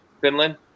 Finland